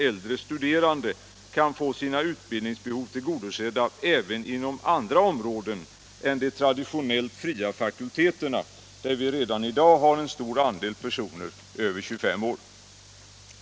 Äldre studerande kan få sina utbildningsbehov tillgodosedda även inom andra områden än de traditionellt fria fakulteterna, där vi redan i dag har en stor andel personer över 25 år.